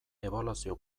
ebaluazio